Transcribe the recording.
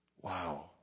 Wow